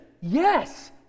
yes